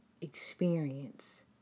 experience